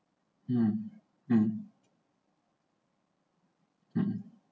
mm mm mm